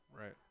right